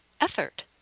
effort